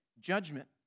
Judgment